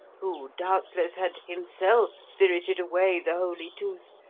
who, doubtless, had himself spirited away the holy tooth,